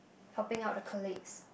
helping out the colleagues